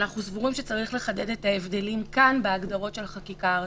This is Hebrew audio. אנחנו סבורים שצריך לחדד את ההבדלים כאן בהגדרות של החקיקה הראשית.